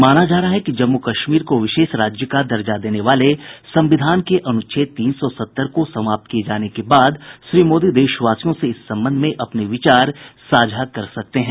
माना जा रहा है कि जम्मू कश्मीर को विशेष राज्य का दर्जा देने वाले संविधान के अनुच्छेद तीन सौ सत्तर को समाप्त किये जाने के बाद श्री मोदी देशवासियों से इस संबंध में अपने विचार साझा कर सकते हैं